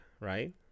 right